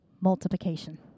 multiplication